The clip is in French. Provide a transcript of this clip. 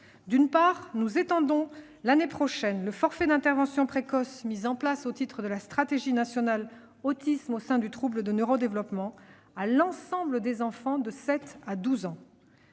D'une part, nous étendrons l'année prochaine le forfait d'intervention précoce mis en place au titre de la stratégie nationale pour l'autisme au sein du trouble du neuro-développement à l'ensemble des enfants de 7 à 12 ans.